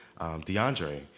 DeAndre